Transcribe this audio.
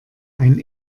ein